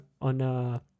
on